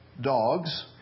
dogs